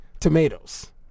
tomatoes